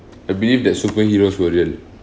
I believe that superheroes were real